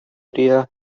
area